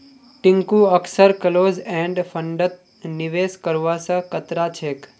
टिंकू अक्सर close end फंडत निवेश करवा स कतरा छेक